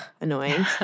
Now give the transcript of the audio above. annoying